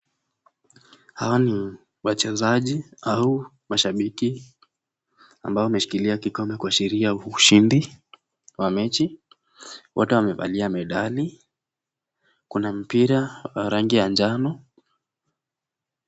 Hawa ni wachezaji au mashabiki ambao wameshikilia kikombe kuashiria ushindi wa mechi. Wote wamevalia medali, kuna mpira wa rangi ya njano.